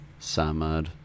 Samad